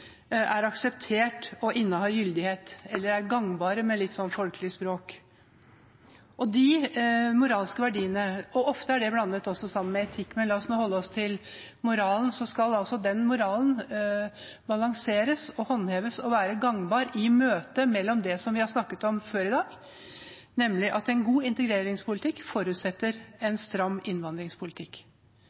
er akseptert og innehar gyldighet – eller er gangbare, med litt folkelig språk. Ofte er det også blandet sammen med etikk, men la oss nå holde oss til moralen. Moralen skal balanseres, håndheves og være gangbar i møtet med det som vi har snakket om før i dag, nemlig at en god integreringspolitikk forutsetter en stram innvandringspolitikk.